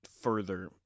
further